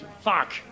fuck